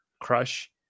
crush